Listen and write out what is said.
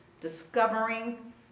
Discovering